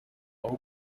aho